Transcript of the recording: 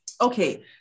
Okay